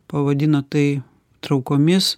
pavadino tai traukomis